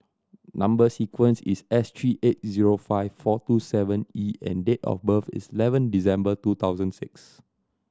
number sequence is S three eight zero five four two seven E and date of birth is eleven December two thousand six